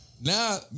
Now